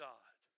God